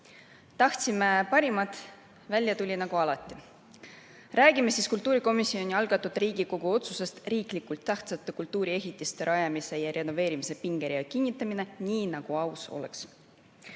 Tahtsime parimat, aga välja tuli nagu alati. Räägime siis kultuurikomisjoni esitatud Riigikogu otsusest "Riiklikult tähtsate kultuuriehitiste rajamise ja renoveerimise pingerea kinnitamine" nii, nagu aus